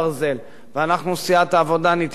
אנחנו, סיעת העבודה, נתייצב כאיש אחד.